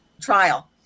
trial